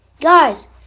guys